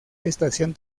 estación